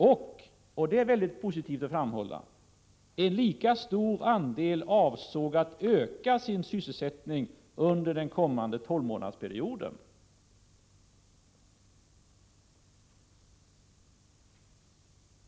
Och — detta är mycket viktigt att framhålla — en lika stor andel avsåg att öka sin sysselsättning under den kommande 12-månadersperioden.